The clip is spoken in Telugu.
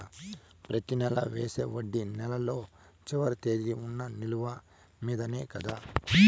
ప్రతి నెల వేసే వడ్డీ నెలలో చివరి తేదీకి వున్న నిలువ మీదనే కదా?